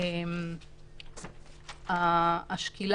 כנראה.